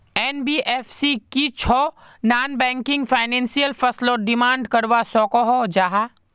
NBFC की छौ non banking financial फसलोत डिमांड करवा सकोहो जाहा?